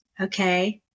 Okay